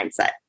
mindset